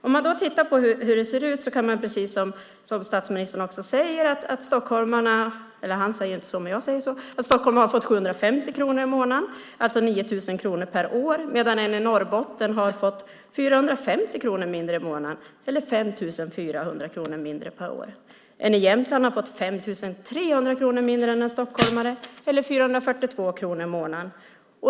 Om man tittar på hur det ser ut kan man se att stockholmarna har fått 750 kronor i månaden, alltså 9 000 kronor per år, medan en i Norrbotten har fått 450 kronor mindre i månaden, eller 5 400 kronor mindre per år. En i Jämtland har fått 5 300 kronor mindre än en stockholmare, eller 442 kronor i månaden.